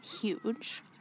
huge